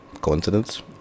coincidence